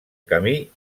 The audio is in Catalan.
camí